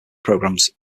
programs